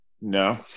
no